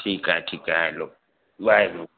ठीक आ ठीक आ हलो वाहेगुरु